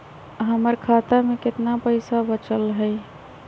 हमर खाता में केतना पैसा बचल हई?